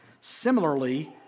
Similarly